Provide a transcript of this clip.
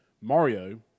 Mario